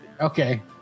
Okay